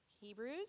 Hebrews